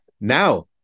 Now